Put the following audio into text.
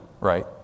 right